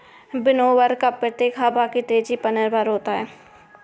winnower का प्रयोग हवा की तेजी पर निर्भर करता है